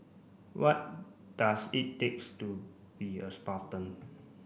what does it takes to be a Spartan